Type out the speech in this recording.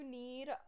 need